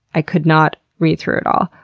i could not read through it all.